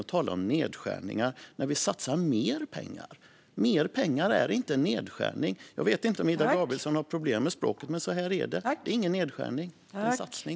Hon talar om nedskärningar när vi satsar mer pengar. Mer pengar är inte nedskärningar. Jag vet inte om Ida Gabrielsson har problem med språket. Så här ligger det dock till; det är ingen nedskärning utan en satsning.